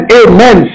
amen